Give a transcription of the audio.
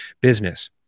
business